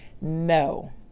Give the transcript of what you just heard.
No